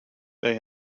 they